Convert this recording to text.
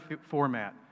format